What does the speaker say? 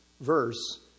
verse